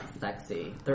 Sexy